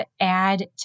add